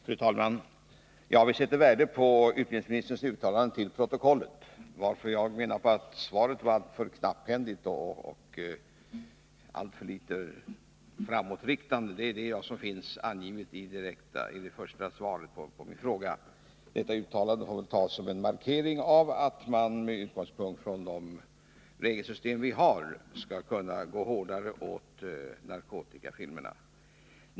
Fru talman! Vi sätter värde på utbildningsministerns uttalande till protokollet. Anledningen till att jag menade att svaret var alltför knapphändigt och alltför litet framåtriktande är det som finns angivet i det utdelade svaret på min interpellation. Men detta uttalande som nu har gjorts får tydligen tas som utgångspunkt för att kunna gå hårdare fram mot narkotikafilmerna.